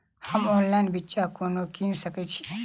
हम ऑनलाइन बिच्चा कोना किनि सके छी?